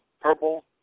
purple